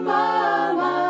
Mama